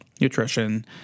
nutrition